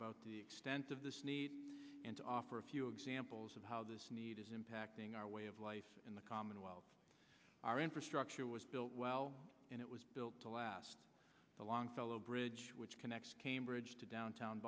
about the extent of this need and offer a few examples of how this need is impacting our way of life in the commonwealth our infrastructure was built well and it was built to last the longfellow bridge which connects cambridge to downtown